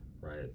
right